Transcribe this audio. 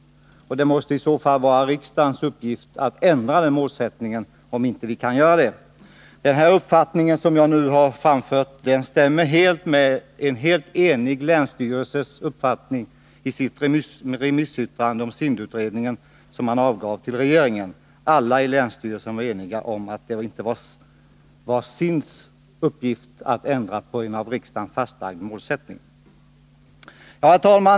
Och om vi inte kan leva upp till den, måste det vara riksdagens uppgift att ändra målsättningen. Den uppfattning som jag nu har framfört stämmer helt överens med den som länsstyrelsen framfört i sitt enhälliga yttrande till regeringen över SIND-utredningen. Alla i länsstyrelsen var eniga om att det inte var SIND:s uppgift att ändra på en av riksdagen fastlagd målsättning. Herr talman!